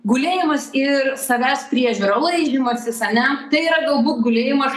gulėjimas ir savęs priežiūra laižymasis ane tai yra galbūt gulėjimas